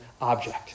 object